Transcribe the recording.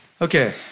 Okay